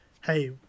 hey